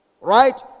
Right